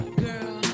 girl